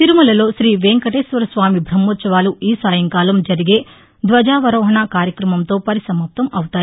తిరుమలలో శ్రీ వెంకటేశ్వరస్వామి బ్రహ్మోత్సవాలు ఈ సాయంకాలం జరిగే ధ్వజ అవరోహణ కార్యక్రమంతో పరిసమాప్తమవుతాయి